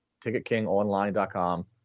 TicketKingOnline.com